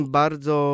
bardzo